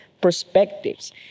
perspectives